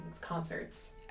concerts